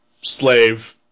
slave